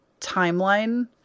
timeline